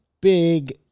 big